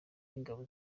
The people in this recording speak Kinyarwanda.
y’ingabo